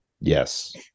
yes